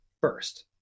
first